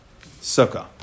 sukkah